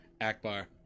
Akbar